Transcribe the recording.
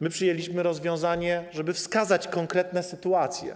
My przyjęliśmy rozwiązanie, że trzeba wskazać konkretne sytuacje.